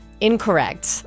Incorrect